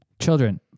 Children